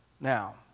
Now